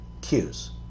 cues